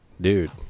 Dude